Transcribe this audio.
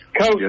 Coach